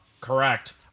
Correct